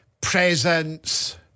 presents